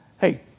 hey